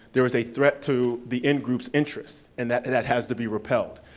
there is a threat to the ingroup's interests, and that that has to be repelled.